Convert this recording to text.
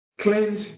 Cleanse